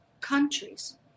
countries